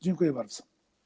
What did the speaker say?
Dziękuję bardzo.